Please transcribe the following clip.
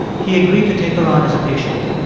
he agreed to take her on as a patient,